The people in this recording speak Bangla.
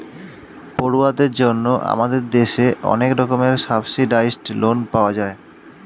পড়ুয়াদের জন্য আমাদের দেশে অনেক রকমের সাবসিডাইস্ড্ লোন পাওয়া যায়